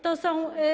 To są.